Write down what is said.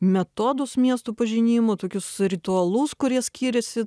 metodus miestų pažinimo tokius ritualus kurie skiriasi